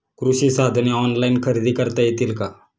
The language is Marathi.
कृषी साधने ऑनलाइन खरेदी करता येतील का?